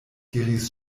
diris